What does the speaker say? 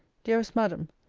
dearest madam,